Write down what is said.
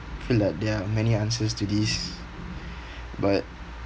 feel like there are many answers to this but